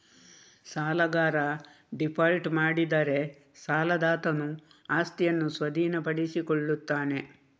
ಸಾಲಗಾರ ಡೀಫಾಲ್ಟ್ ಮಾಡಿದರೆ ಸಾಲದಾತನು ಆಸ್ತಿಯನ್ನು ಸ್ವಾಧೀನಪಡಿಸಿಕೊಳ್ಳುತ್ತಾನೆ